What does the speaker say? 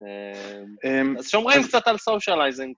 אז שומרים קצת על socializing.